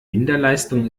minderleistung